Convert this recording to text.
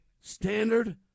standard